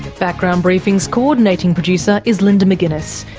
background briefing's coordinating producer is linda mcginness,